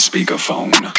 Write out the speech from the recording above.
Speakerphone